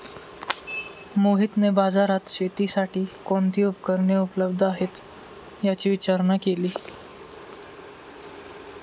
मोहितने बाजारात शेतीसाठी कोणती उपकरणे उपलब्ध आहेत, याची विचारणा केली